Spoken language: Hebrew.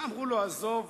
אמרו לו: עזוב,